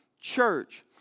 church